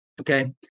okay